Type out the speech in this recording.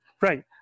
Right